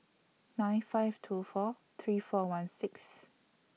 nine five two four three four one six